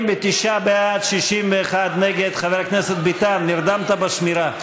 49 בעד, 61 נגד, חבר הכנסת ביטן, נרדמת בשמירה,